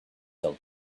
sell